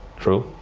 true.